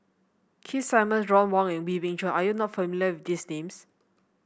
Keith Simmons Ron Wong and Wee Beng Chong are you not familiar with these names